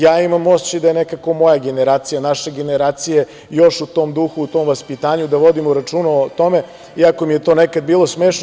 Ja imam osećaj da je nekako moja generacija, naša generacija još u tom duhu u tom vaspitanju, da vodimo računa o tome, iako mi je to nekad bilo smešno.